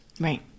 Right